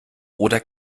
oder